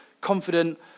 confident